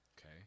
okay